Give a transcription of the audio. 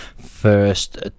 first